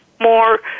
more